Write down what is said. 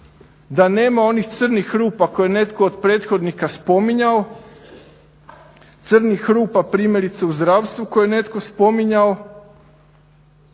da nema onih crnih rupa koje je netko od prethodnika spominjao, crnih rupa primjerice u zdravstvu koje je netko spominjao,